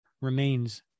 remains